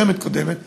בשנה הקודמת-קודמת,